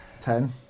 Ten